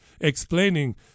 explaining